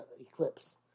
eclipse